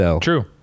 True